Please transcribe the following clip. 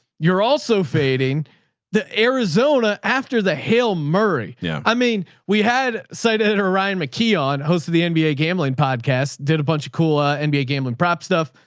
you're also fading the arizona after the hail murray. yeah i mean, we had cited or ryan mckeon hosted the and nba gambling podcast, did a bunch of kula and nba game and prop stuff.